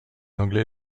anglais